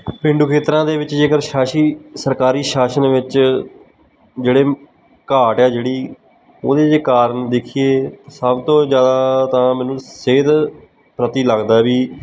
ਪੇਂਡੂ ਖੇਤਰਾਂ ਦੇ ਵਿੱਚ ਜੇਕਰ ਸ਼ਾਸੀ ਸਰਕਾਰੀ ਸ਼ਾਸਨ ਵਿੱਚ ਜਿਹੜੇ ਘਾਟ ਆ ਜਿਹੜੀ ਉਹਦੇ ਜੇ ਕਾਰਨ ਦੇਖੀਏ ਸਭ ਤੋਂ ਜ਼ਿਆਦਾ ਤਾਂ ਮੈਨੂੰ ਸਿਹਤ ਪ੍ਰਤੀ ਲੱਗਦਾ ਵੀ